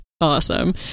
awesome